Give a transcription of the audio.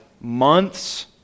months